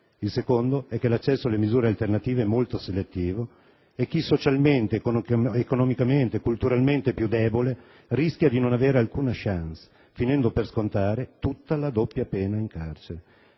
il secondo è che l'accesso alle misure alternative è molto selettivo e chi è socialmente, economicamente, culturalmente più debole rischia di non avere alcuna *chance*, finendo per scontare tutta la «doppia pena» in carcere.